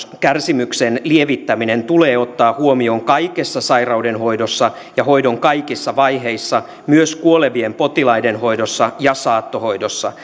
kärsimyksen lievittäminen tulee ottaa huomioon kaikessa sairauden hoidossa ja hoidon kaikissa vaiheissa myös kuolevien potilaiden hoidossa ja saattohoidossa